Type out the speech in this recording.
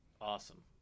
Awesome